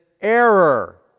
error